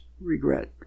regret